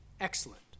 excellent